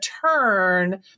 turn